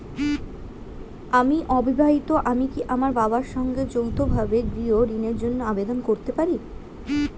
আমি অবিবাহিতা আমি কি আমার বাবার সঙ্গে যৌথভাবে গৃহ ঋণের জন্য আবেদন করতে পারি?